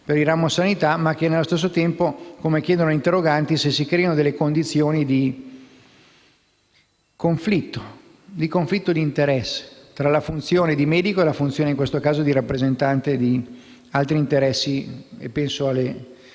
per il ramo sanità e, nello stesso tempo - come chiedono gli interroganti - se si creino delle condizioni di conflitto d'interesse tra la funzioni di medico e la funzione in questo caso di rappresentante di altri interessi (penso alle